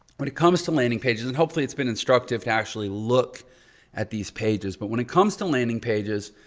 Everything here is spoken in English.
when it comes to landing pages and hopefully it's been instructive to actually look at these pages but when it comes to landing pages,